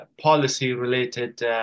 policy-related